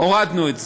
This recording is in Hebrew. הורדנו את זה.